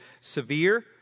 severe